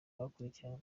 bakurikiranye